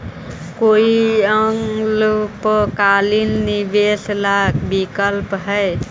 कोई अल्पकालिक निवेश ला विकल्प हई?